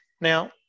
Now